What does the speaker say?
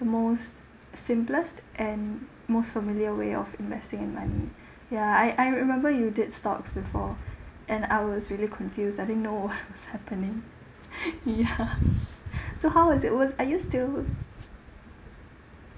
most simplest and most familiar way of investing in money ya I I remember you did stocks before and I was really confused I didn't know what was happening ya so how is it was are you still